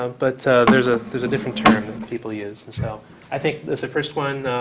um but there's ah there's a different term that people use. and so i think that's the first one.